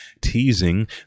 teasing